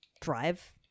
drive